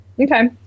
Okay